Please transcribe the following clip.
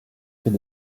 fait